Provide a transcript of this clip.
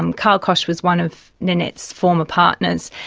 um karl koch was one of nanette's former partners,